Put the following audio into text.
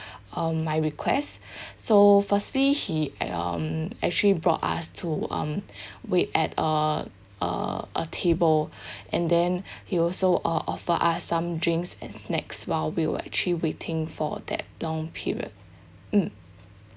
um my request so firstly he um actually brought us to um wait at uh uh a table and then he also uh offer us some drinks and snacks while we were actually waiting for that long period mm